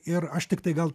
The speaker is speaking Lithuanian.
ir aš tiktai gal